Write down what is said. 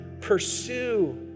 pursue